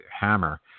hammer